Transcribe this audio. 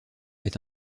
est